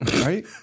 Right